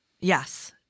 Yes